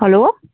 hello